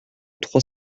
trois